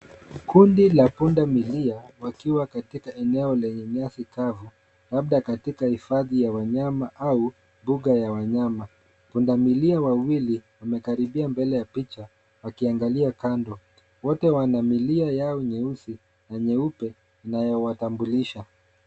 Kundi la punda milia wakiwa katika eneo lenye nyasi kavu, labda katika hifadhi ya wanyama au mbuga la wanyama. Punda milia wawili wamekaribia mbele ya picha, wakiangalia kando wote wana milia yao nyeusi na nyeupe inayowatambulisha.